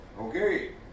Okay